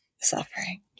suffering